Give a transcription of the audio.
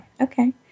Okay